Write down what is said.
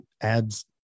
adds